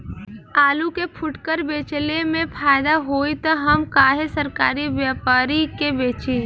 आलू के फूटकर बेंचले मे फैदा होई त हम काहे सरकारी व्यपरी के बेंचि?